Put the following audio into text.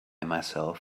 myself